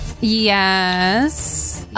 Yes